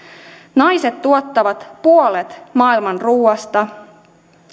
naiset tuottavat puolet maailman ruuasta